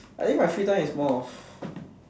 I think my free time is more of